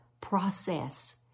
process